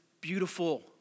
beautiful